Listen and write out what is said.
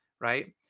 right